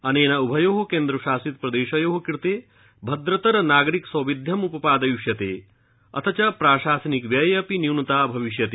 अनेन उभयो केन्द्रशासित प्रदेशयो कृते भद्रतर नागरिक सौविध्यम् उपपादयिष्यते अथ च प्राशासनिकव्यये अपि न्यूनता भविष्यति